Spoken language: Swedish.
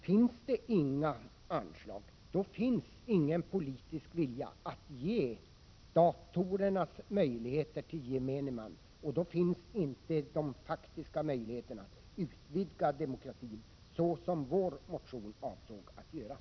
Finns det inga anslag, då finns ingen politisk vilja att ge datorernas möjligheter till gemene man, och då finns inte de faktiska möjligheterna att utvidga demokratin så som vi avsåg i vår motion.